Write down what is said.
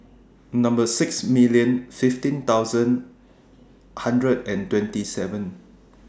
six million fifteen thousand one hundred and twenty seven